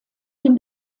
dem